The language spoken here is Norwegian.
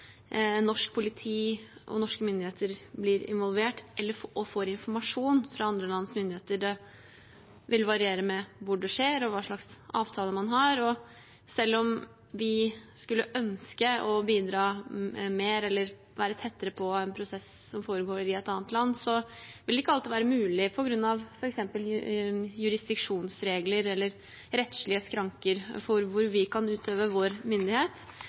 norsk politi og norske myndigheter blir involvert og får informasjon fra andre lands myndigheter. Det vil variere ut fra hvor det skjer, og hva slags avtaler man har. Selv om vi skulle ønske å bidra mer eller være tettere på en prosess som foregår i et annet land, vil det ikke alltid være mulig på grunn av f.eks. jurisdiksjonsregler eller rettslige skranker for hvor vi kan utøve vår myndighet,